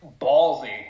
ballsy